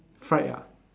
fried ah